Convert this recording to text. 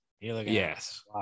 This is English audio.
yes